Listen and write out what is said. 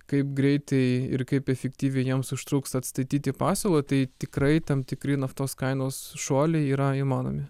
kaip greitai ir kaip efektyviai jiems užtruks atstatyti pasiūlą tai tikrai tam tikri naftos kainos šuoliai yra įmanomi